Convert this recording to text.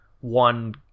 one